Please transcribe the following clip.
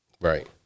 Right